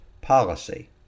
Policy